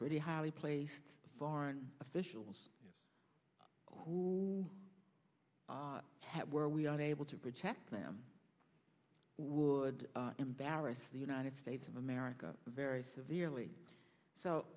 pretty highly placed foreign officials who were we are able to protect them would embarrass the united states of america very severely so